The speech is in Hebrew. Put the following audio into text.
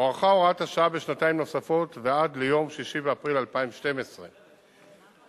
הוארכה הוראת השעה בשנתיים נוספות עד ליום 6 באפריל 2012. על